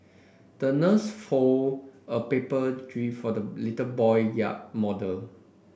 the nurse fold a paper jib for the little boy yacht model